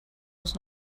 muss